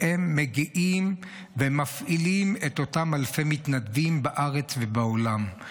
והם מגיעים ומפעילים את אותם אלפי מתנדבים בארץ ובעולם.